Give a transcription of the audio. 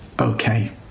okay